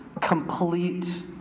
complete